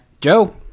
Joe